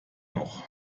noch